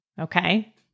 Okay